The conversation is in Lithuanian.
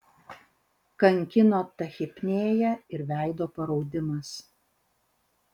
kankino tachipnėja ir veido paraudimas